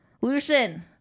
lucian